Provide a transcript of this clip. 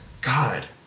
God